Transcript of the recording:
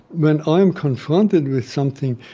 when i am confronted with something,